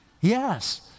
Yes